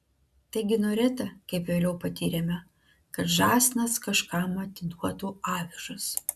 taigi norėta kaip vėliau patyrėme kad žąsinas kažkam atiduotų avižas